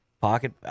pocket